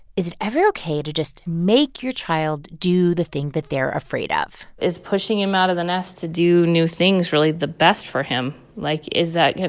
is it ever ok to just make your child do the thing that they're afraid of? is pushing him out of the nest to do new things really the best for him? like, is that going